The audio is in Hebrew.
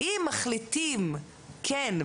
אם מחליטים כן,